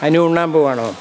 അനു ഉണ്ണാൻ പോവുകയാണോ